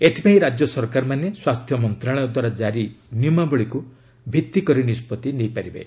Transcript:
ଏଥିପାଇଁ ରାଜ୍ୟ ସରକାରମାନେ ସ୍ୱାସ୍ଥ୍ୟ ମନ୍ତ୍ରଶାଳୟ ଦ୍ୱାରା ଜାରି ନିୟମାବଳୀକୁ ଭିତ୍ତିକରି ନିଷ୍ପତ୍ତି ଗ୍ରହଣ କରିବେ